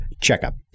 checkup